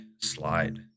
slide